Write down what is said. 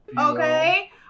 Okay